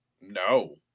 No